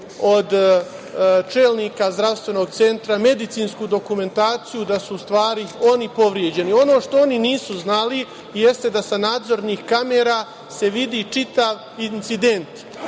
od čelnika zdravstvenog centra medicinsku dokumentaciju da su u stvari oni povređeni. Ono što oni nisu znali jeste da se sa nadzornih kamera vidi čitav incident.